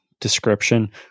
description